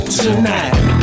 tonight